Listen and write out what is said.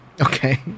Okay